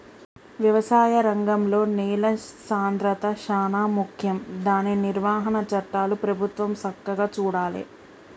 వ్యవసాయ రంగంలో నేల సాంద్రత శాలా ముఖ్యం దాని నిర్వహణ చట్టాలు ప్రభుత్వం సక్కగా చూడాలే